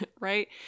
Right